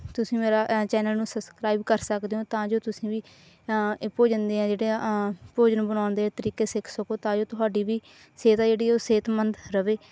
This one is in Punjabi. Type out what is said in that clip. ਤੁਸੀਂ ਮੇਰਾ ਚੈਨਲ ਨੂੰ ਸਬਸਕ੍ਰਾਈਬ ਕਰ ਸਕਦੇ ਹੋ ਤਾਂ ਜੋ ਤੁਸੀ ਵੀ ਭੋਜਨ ਦੀਆਂ ਜਿਹੜੇ ਭੋਜਨ ਬਣਾਉਣ ਦੇ ਤਰੀਕੇ ਸਿੱਖ ਸਕੋ ਤਾਂ ਜੋ ਤੁਹਾਡੀ ਵੀ ਸਿਹਤ ਆ ਜਿਹੜੀ ਉਹ ਸਿਹਤਮੰਦ ਰਹੇ